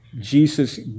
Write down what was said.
Jesus